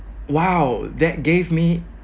!wow! that gave me